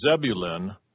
Zebulun